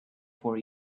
for